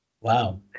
Wow